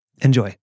Enjoy